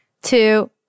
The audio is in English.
Two